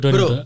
Bro